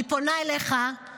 אני פונה אליך,